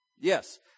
Yes